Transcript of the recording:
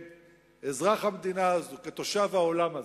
כאזרח המדינה הזו, כתושב העולם הזה.